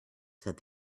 said